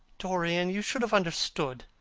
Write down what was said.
dorian, you should have understood.